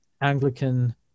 Anglican